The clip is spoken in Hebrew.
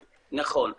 נכון,